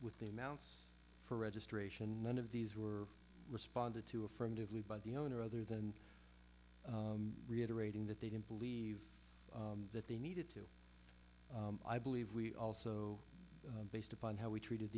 with the amounts for registration none of these were responded to affirmatively by the owner other than reiterating that they didn't believe that they needed to i believe we also based upon how we treated